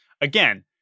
again